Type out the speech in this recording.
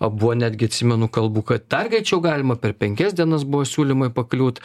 o buvo netgi atsimenu kalbų kad dar greičiau galima per penkias dienas buvo siūlymai pakliūt